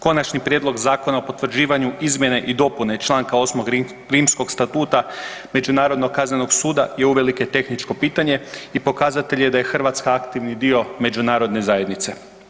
Konačni prijedlog zakona o potvrđivanju izmjene i dopune članka 8. Rimskog statuta Međunarodnog kaznenog suda je uvelike tehničko pitanje i pokazatelj je da je Hrvatska aktivni dio međunarodne zajednice.